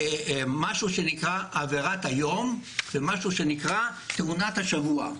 משהו שנקרא עבירת היום ומשהו שנקרא תאונת השבוע.